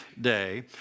day